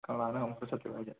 ꯀꯪꯂꯥꯗ ꯑꯃꯨꯛꯇ ꯆꯠꯇ꯭ꯔꯤꯕꯣ ꯍꯥꯏꯁꯦ